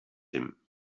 him